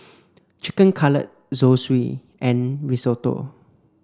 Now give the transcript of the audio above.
Chicken Cutlet Zosui and Risotto